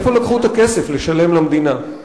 מאיפה לקחו את הכסף לשלם למדינה?